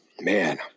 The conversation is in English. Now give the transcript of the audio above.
Man